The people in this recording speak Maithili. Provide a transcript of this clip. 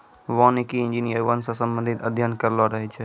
वानिकी इंजीनियर वन से संबंधित अध्ययन करलो रहै छै